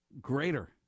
greater